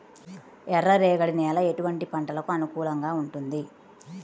ఎర్ర రేగడి నేల ఎటువంటి పంటలకు అనుకూలంగా ఉంటుంది?